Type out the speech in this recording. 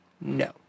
no